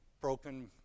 broken